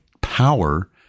power